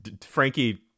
Frankie